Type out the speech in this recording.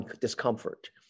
discomfort